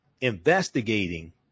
investigating